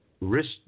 risk